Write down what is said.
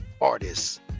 artists